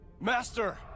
Master